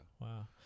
Wow